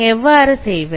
எவ்வாறு செய்வது